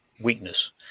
weakness